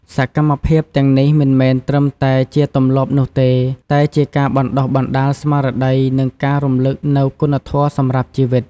សកម្មភាពទាំងនេះមិនមែនត្រឹមតែជាទម្លាប់នោះទេ តែជាការបណ្ដុះបណ្ដាលស្មារតី និងការរំលឹកនូវគុណធម៌សម្រាប់ជីវិត។